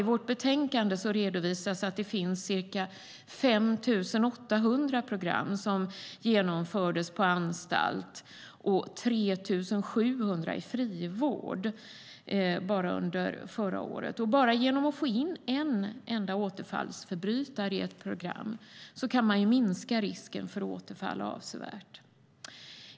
I vårt betänkande redovisas att det finns ca 5 800 program som genomfördes på anstalt och 3 700 i frivård bara under förra året. Redan genom att få in en enda återfallsförbrytare i ett program kan man minska risken för återfall avsevärt.